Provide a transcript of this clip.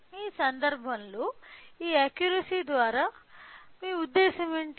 ఈ సందర్భంలో ఈ అక్యురసీ ద్వారా మీ ఉద్దేశ్యం ఏమిటి